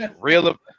real